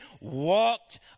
walked